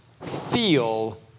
feel